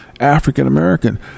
african-american